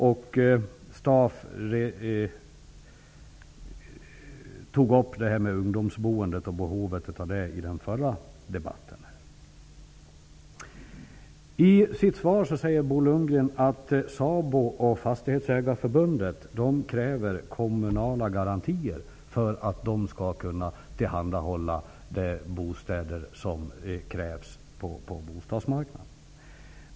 Harry Staaf talade i den föregående debatten om ungdomsboendet och dess behov. Fastighetsägareförbundet kräver kommunala garantier för att de skall kunna tillhandahålla de bostäder som behövs på bostadsmarknaden.